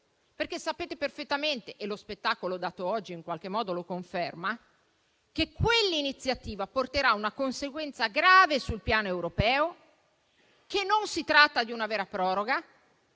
perché sapete perfettamente - e lo spettacolo dato oggi lo conferma - che quell'iniziativa porterà a una conseguenza grave sul piano europeo; che non si tratta di una vera proroga;